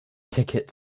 ticket